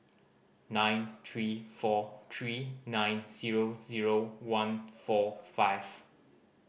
nine three four three nine zero zero one four five